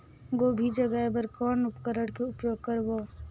गोभी जगाय बर कौन उपकरण के उपयोग करबो?